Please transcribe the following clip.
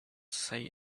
say